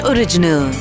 Original